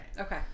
okay